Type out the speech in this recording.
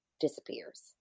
disappears